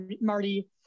Marty